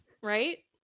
Right